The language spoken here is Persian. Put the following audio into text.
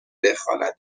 بخواند